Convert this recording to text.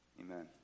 Amen